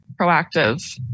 proactive